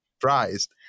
surprised